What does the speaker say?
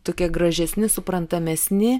tokie gražesni suprantamesni